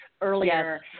earlier